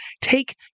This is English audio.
take